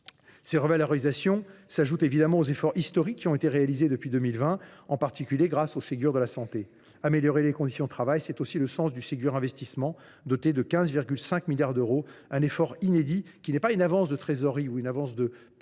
Ces revalorisations s’ajoutent évidemment aux efforts historiques réalisés depuis 2020, en particulier grâce au Ségur de la santé. Améliorer les conditions de travail, c’est aussi le sens du Ségur investissement, doté de 15,5 milliards d’euros. Cet effort inédit, qui n’est pas une avance de trésorerie, contrairement aux plans